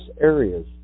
areas